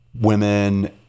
women